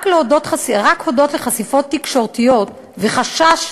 רק הודות לחשיפות תקשורתיות וחשש